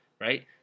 right